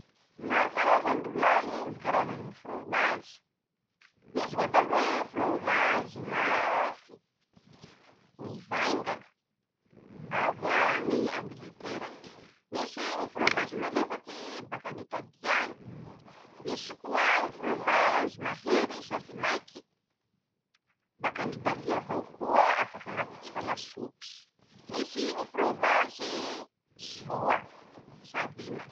Maro karazany rolahy ñ karazany frômazy: -Misy ñ'atao hoe frômazy maaaafy mivaingana avy añy Angletera. -Misy ñy frômazy malefaky bakan' Italy añy. -Misy koa ñy frômazy mahery sady maiky bakan'Italy avao koa afaky anaovantsika lasopy. -Misy ñy frômazyy soa sady matsiro.